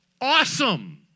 awesome